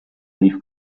leaf